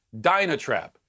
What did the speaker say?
Dynatrap